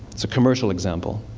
it's a commercial example.